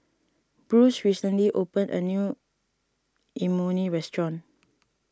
Bruce recently opened a new Imoni Restaurant